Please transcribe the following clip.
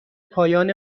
پایان